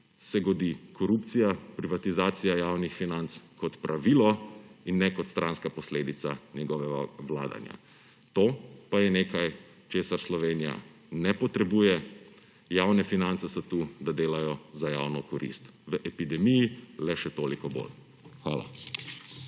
se godi korupcija, privatizacija javnih financ kot pravilo in ne kot stranska posledica njegovega vladanja. To, pa je nekaj, česar Slovenija ne potrebuje. Javne finance so tu, da delajo za javno korist. V epidemiji le še toliko bolj. Hvala.